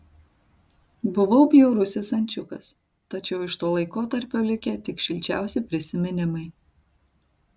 buvau bjaurusis ančiukas tačiau iš to laikotarpio likę tik šilčiausi prisiminimai